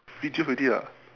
video already ah